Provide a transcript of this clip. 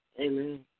Amen